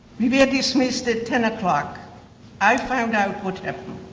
we were dismissed at ten o'clock i found out what